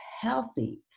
healthy